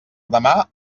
demà